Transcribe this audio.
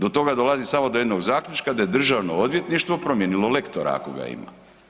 Do toga dolazim samo do jednog zaključka da je Državno odvjetništvo promijenilo lektora, ako ga ima.